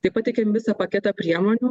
tai pateikėm visą paketą priemonių